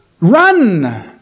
run